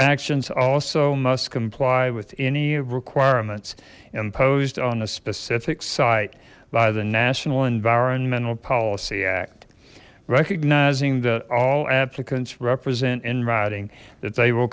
actions also must comply with any requirements imposed on a specific site by the national environmental policy act recognizing that all applicants represent in right that they will